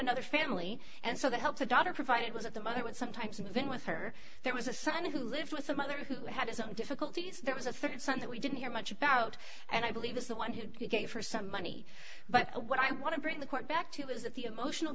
another family and so they helped the daughter provided was that the mother would sometimes been with her there was a son who lived with the mother who had some difficulties there was a rd son that we didn't hear much about and i believe was the one who gave her some money but what i want to bring the court back to was that the emotional